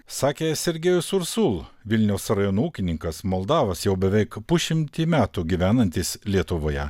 sakė sergejus ursul vilniaus rajono ūkininkas moldavas jau beveik pusšimtį metų gyvenantis lietuvoje